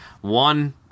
One